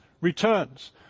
returns